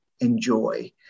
enjoy